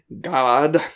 God